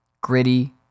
gritty